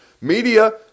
media